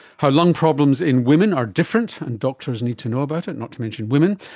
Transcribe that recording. how lung problems in women are different and doctors need to know about it, not to mention women.